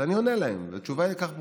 אז אני עונה להם, התשובה לכך ברורה: